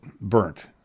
burnt